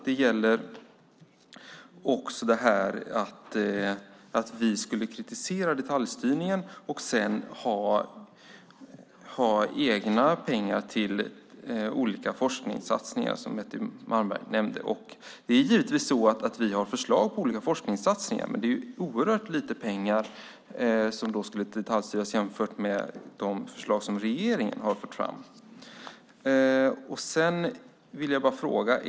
Det gäller bland annat detta att vi skulle kritisera detaljstyrningen och sedan ha egna pengar till olika forskningssatsningar, som Betty Malmberg nämnde. Vi har givetvis förslag på olika forskningssatsningar, men det är oerhört lite pengar som skulle detaljstyras jämfört med de förslag som regeringen har fört fram. Jag vill ställa en fråga.